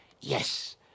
Yes